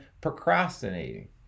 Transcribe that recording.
procrastinating